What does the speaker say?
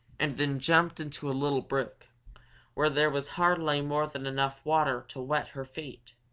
and then jumped into a little brook where there was hardly more than enough water to wet her feet.